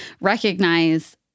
recognize